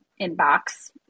inbox